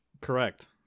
Correct